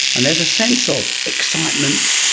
and there's a sense of excitement,